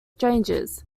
strangers